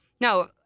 no